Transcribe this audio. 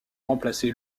remplacé